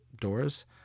doors